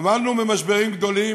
עמדנו במשברים גדולים,